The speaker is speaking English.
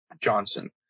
Johnson